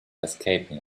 escaping